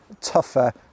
tougher